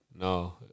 No